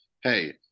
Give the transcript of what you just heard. hey